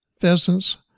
pheasants